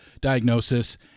diagnosis